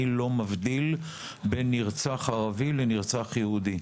אני לא מבדיל בין נרצח ערבי לנרצח יהודי,